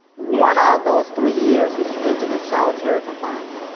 one out of those three years, he spent it in solitary confinement.